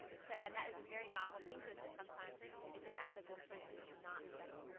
so and that is a very novel things to us, that sometimes it's an ethical choice to not do.